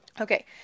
Okay